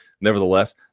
nevertheless